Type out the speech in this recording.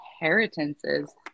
inheritances